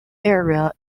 area